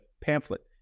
pamphlet